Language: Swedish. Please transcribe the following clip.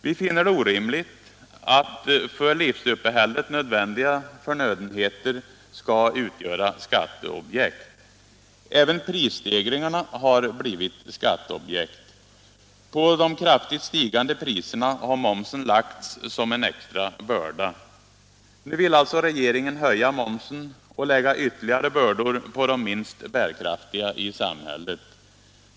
Vi finner det orimligt att för livsuppehället nödvändiga förnödenheter skall utgöra skatteobjekt. Även prisstegringarna har blivit skatteobjekt. På de kraftigt stigande priserna har momsen lagts som en extra börda. Nu vill regeringen alltså höja momsen och lägga ytterligare bördor på de minst bärkraftiga i samhället.